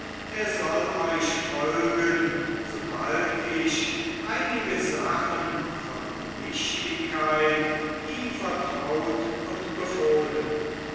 er soll euch folgen sobald ich einige sachen von wichtigkeit ihm vertraut und befohlen